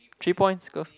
three points go